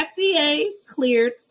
FDA-cleared